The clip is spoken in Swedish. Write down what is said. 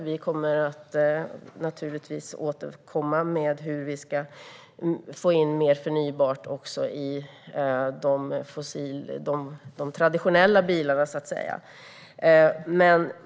Vi kommer naturligtvis att återkomma med hur man ska få in mer förnybart också i de så att säga traditionella bilarna.